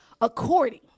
according